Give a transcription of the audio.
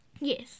Yes